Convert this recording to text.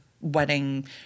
wedding